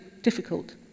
difficult